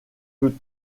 peut